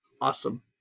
Awesome